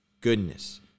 goodness